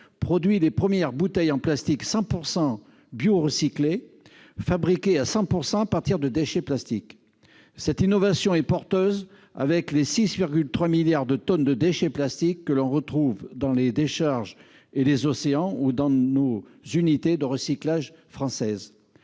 produit des premières bouteilles en plastique 100 pourcent bio recyclé, fabriqué à 100 pourcent à partir de déchets plastiques cette innovation est porteuse avec les 6,3 milliards de tonnes de déchets plastiques que l'on retrouve dans les décharges et les océans ou Dandenault unités de recyclage française